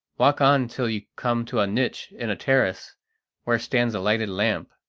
walk on till you come to a niche in a terrace where stands a lighted lamp.